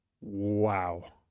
Wow